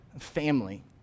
family